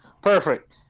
Perfect